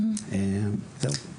זהו.